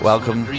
Welcome